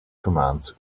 commands